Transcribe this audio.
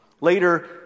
Later